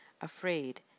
afraid